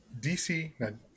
DC